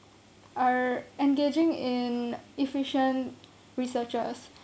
are engaging in efficient researches